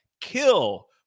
kill